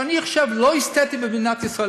שאני חושב שהן לא אסתטיות במדינת ישראל,